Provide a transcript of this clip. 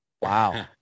Wow